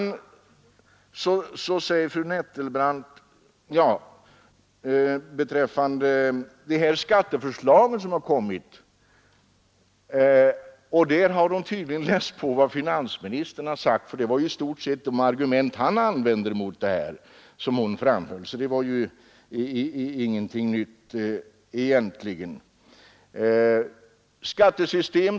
Beträffande de här skatteförslagen som framförts av olika personer har fru Nettelbrandt tydligen läst på vad finansministern har sagt. Det var i stort sett de argument han använde mot förslagen som hon nu framhöll, så det var egentligen ingenting nytt.